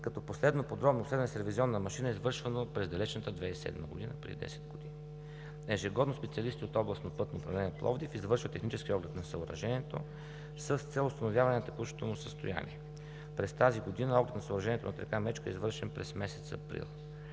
като последно подробно изследване с ревизионна машина е извършвано през далечната 2007 г. – преди 10 г. Ежегодно специалисти от Областно пътно управление – Пловдив, извършват технически оглед на съоръжението с цел установяване на текущото му състояние. През тази година оглед на съоръжението над р. Мечка е извършен през месец април.